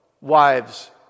wives